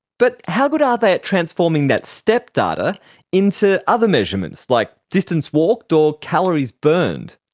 but how good are they at transforming that step data into other measurements, like distance walked, or calories burned?